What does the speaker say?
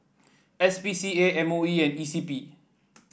S P C A M O E and E C P